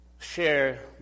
share